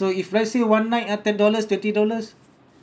so if let's say one night ah ten dollars twenty dollars